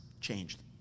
changed